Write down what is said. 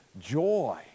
joy